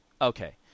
Okay